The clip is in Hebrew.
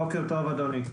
בוקר טוב, אדוני.